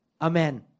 Amen